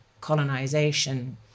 colonization